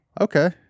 okay